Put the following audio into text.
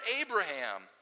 Abraham